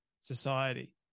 society